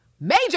Major